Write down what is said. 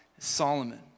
Solomon